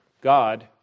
God